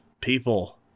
people